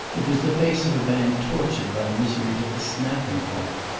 it was the face of a man tortured by misery to the snapping-point.